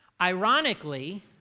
Ironically